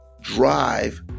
drive